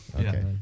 Okay